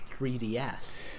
3DS